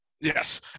Yes